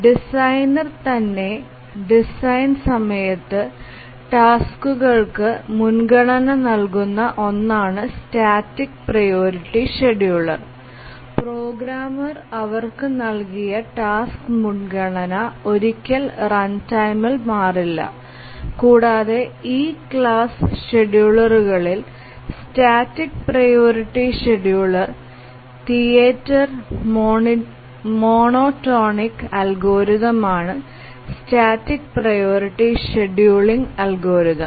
designer തന്റെ design സമയത്ത് ടാസ്ക്കുകൾക്ക് മുൻഗണന നൽകുന്ന ഒന്നാണ് സ്റ്റാറ്റിക് പ്രിയോറിറ്റി ഷെഡ്യൂളർ പ്രോഗ്രാമർ അവർക്കു നൽകിയ ടാസ്ക് മുൻഗണന ഒരിക്കൽ റൺടൈമിൽ മാറില്ല കൂടാതെ ഈ ക്ലാസ് ഷെഡ്യൂളറുകളിൽ static priority scheduler theatre monotonic algorithm ആണ് സ്റ്റാറ്റിക് പ്രിയോറിറ്റി ഷെഡ്യൂളിംഗ് അൽഗോരിതം